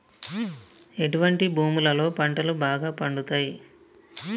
ఎటువంటి భూములలో పంటలు బాగా పండుతయ్?